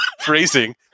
phrasing